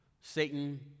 Satan